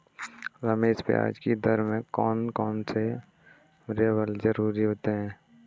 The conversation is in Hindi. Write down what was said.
रमेश ब्याज दर में कौन कौन से वेरिएबल जरूरी होते हैं?